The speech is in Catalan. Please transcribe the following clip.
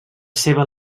seva